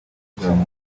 kugarura